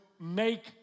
make